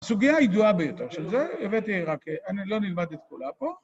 סוגיה הידועה ביותר של זה, הבאתי רק, לא נלמד את כולה פה.